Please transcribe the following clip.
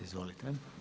Izvolite.